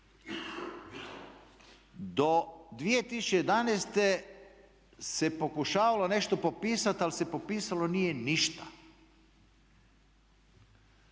Do 2011. se pokušavalo nešto popisati, ali se popisalo nije ništa.